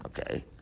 Okay